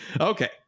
Okay